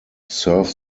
serve